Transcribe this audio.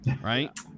right